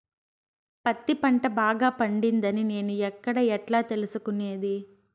పత్తి పంట బాగా పండిందని నేను ఎక్కడ, ఎట్లా తెలుసుకునేది?